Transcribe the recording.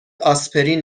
آسپرین